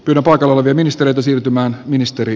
no poika vei ministeriötä siirtämään ministeri